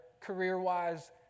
career-wise